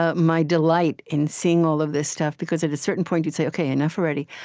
ah my delight in seeing all of this stuff, because at a certain point, you'd say, o k, enough already.